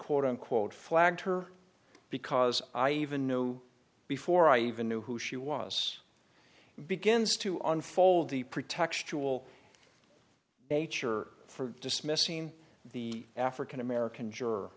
quote unquote flagged her because i even knew before i even knew who she was begins to unfold the pretextual nature for dismissing the african american juror